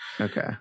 Okay